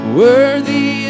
worthy